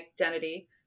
identity